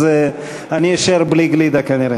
אנחנו העברנו את הצעת החוק בקריאה טרומית,